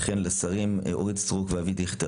וכן לשרים אורית סטרוק ואבי דיכטר,